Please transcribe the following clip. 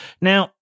now